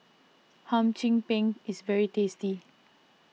Hum Chim Peng is very tasty